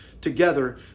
together